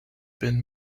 been